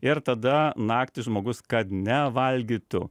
ir tada naktį žmogus kad nevalgytų